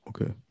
okay